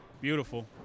Beautiful